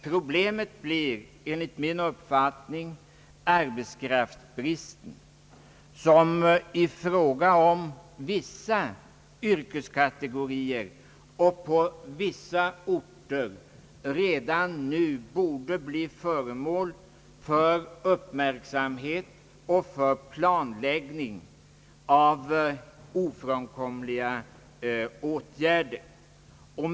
Problemet blir enligt min uppfattning arbetskraftsbristen som i fråga om vissa yrkeskategorier och på vissa orter redan nu borde bli föremål för uppmärksamhet och för planläggning av ofrånkomliga åtgärder.